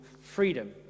freedom